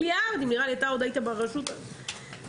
מיליארדים נראה לי אתה עוד היית ברשות מיליארדים.